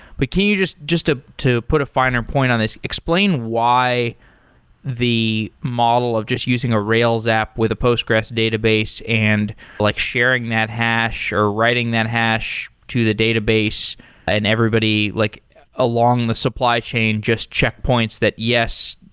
but can you just just ah to put a finer point on this, explain why the model of just using a rails app with a postgres database and like sharing that hash or writing that hash to the database and everybody like along the supply chain just checkpoints that, yes,